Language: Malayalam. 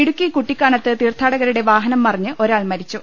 ഇടുക്കി കുട്ടിക്കാനത്ത് തീർത്ഥാടകരുടെ വാഹനം മറിഞ്ഞ് ഒരാൾ മരിച്ചു